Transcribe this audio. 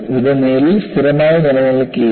ഇത് മേലിൽ സ്ഥിരമായി നിലനിൽക്കില്ല